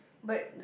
but